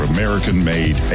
American-made